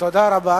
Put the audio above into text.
תודה רבה.